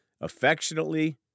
affectionately